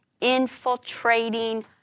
infiltrating